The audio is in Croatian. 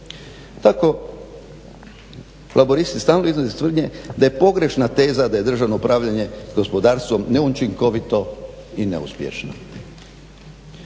Tako laburisti stalno iznose tvrdnje da je pogrešna teza da je državno upravljanje gospodarstvom neučinkovito i neuspješno.